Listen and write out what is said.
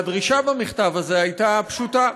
הדרישה במכתב הזה הייתה פשוטה: